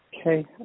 Okay